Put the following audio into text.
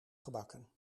gebakken